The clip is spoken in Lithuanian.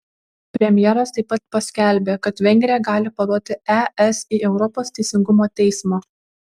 premjeras taip pat paskelbė kad vengrija gali paduoti es į europos teisingumo teismą